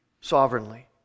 sovereignly